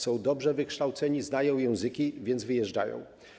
Są dobrze wykształceni, znają języki, więc wyjeżdżają.